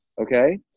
Okay